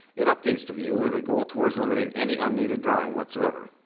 it updates the view with a goal towards eliminating any unneeded drawing whatsoever.